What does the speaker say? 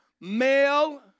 Male